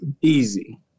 Easy